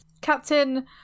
Captain